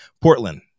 portland